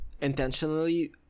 intentionally